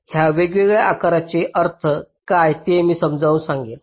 ह्या वेगवेगळ्या आकाराचे अर्थ काय ते मी समजावून सांगेन